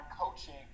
coaching